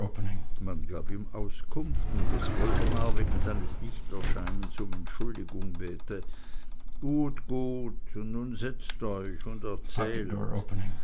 man gab ihm auskunft und daß woldemar wegen seines nichterscheinens um entschuldigung bäte gut gut und nun setzt euch und erzählt